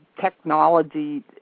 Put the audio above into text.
technology